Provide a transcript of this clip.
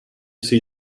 see